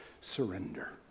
surrender